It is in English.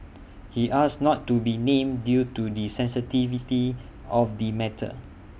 he asked not to be named due to the sensitivity of the matter